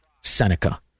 seneca